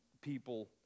people